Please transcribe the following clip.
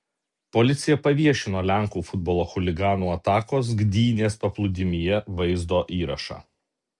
policija paviešino lenkų futbolo chuliganų atakos gdynės paplūdimyje vaizdo įrašą